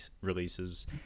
releases